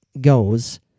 goes